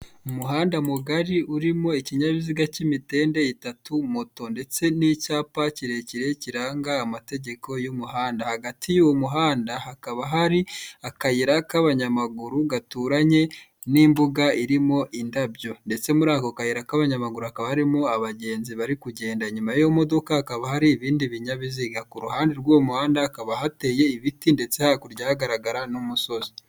Umuhanda mugari urimo ikinyabiziga cy'imitende itatu moto ndetse n'icyapa kirekire kiranga amategeko y'umuhanda. Hagati y'uwo muhanda, hakaba hari akayira k'abanyamaguru gaturanye n'imbuga irimo indabyo ndetse muri ako kayira k'abanyamaguru hakaba harimo abagenzi bari kugenda. Inyuma y'iyo modoka hakaba hari ibindi binyabiziga, ku ruhande rw'uwo muhanda hakaba hateye ibiti ndetse hakurya hagaragara n'umusozi.